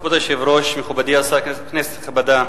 כבוד היושב-ראש, מכובדי השר, כנסת נכבדה,